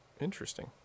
interesting